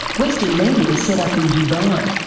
western media set up in dubai,